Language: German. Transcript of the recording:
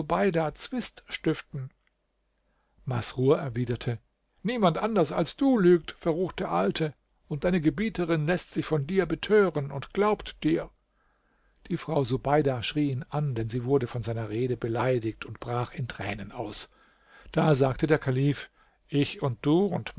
zwist stiften masrur erwiderte niemand anders als du lügt verruchte alte und deine gebieterin läßt sich von dir betören und glaubt dir die frau subeida schrie ihn an denn sie wurde von seiner rede beleidigt und brach in tränen aus da sagte der kalif ich und du und